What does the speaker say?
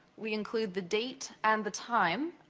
we include the date and the time,